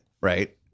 Right